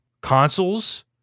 consoles